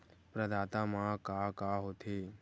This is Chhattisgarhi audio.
प्रदाता मा का का हो थे?